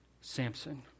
Samson